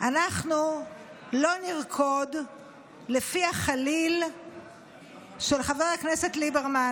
אנחנו לא נרקוד לפי החליל של חבר הכנסת ליברמן,